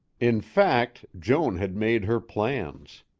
in fact, joan had made her plans.